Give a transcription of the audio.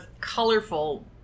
colorful